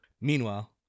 Meanwhile